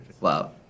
Wow